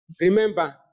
Remember